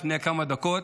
לפני כמה דקות,